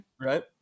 right